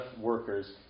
workers